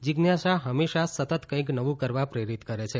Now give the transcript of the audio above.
જિજ્ઞાસા હંમેશા સતત કંઈક નવું કરવા પ્રેરિત કરે છે